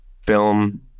film